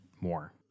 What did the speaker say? more